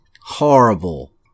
horrible